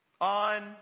on